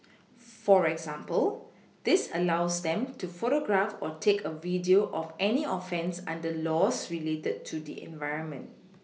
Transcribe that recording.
for example this allows them to photograph or take a video of any offence under laws related to the environment